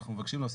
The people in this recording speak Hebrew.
22,